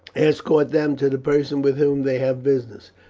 escort them to the person with whom they have business.